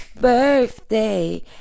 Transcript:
birthday